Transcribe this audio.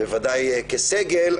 בוודאי כסגל,